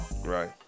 right